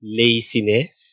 laziness